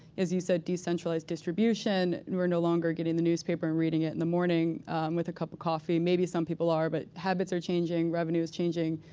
as you said, decentralized distribution. we're no longer getting the newspaper reading it in the morning with a cup of coffee. maybe some people are, but habits are changing. revenue is changing.